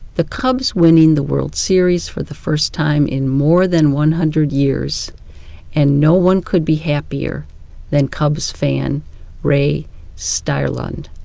the cubs winning the world series for the first time in more than one hundred years and no one could be happier than cubs fan ray styrlund.